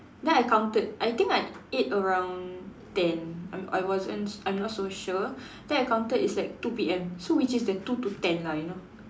ya I counted I think I ate around ten I'm I wasn't I'm not so sure then I counted it's like two P_M so which is the two to ten lah you know